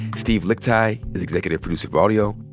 steve lickteig is executive producer of audio.